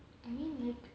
I mean like